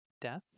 death